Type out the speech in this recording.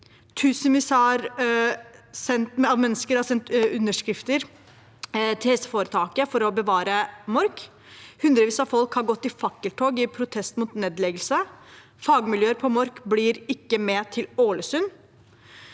Tusenvis av mennesker har sendt underskrifter til helseforetaket for å bevare Mork. Hundrevis av folk har gått i fakkeltog i protest mot nedleggelse. Fagmiljøet på Mork blir ikke med til Ålesund.